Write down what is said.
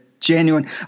Genuine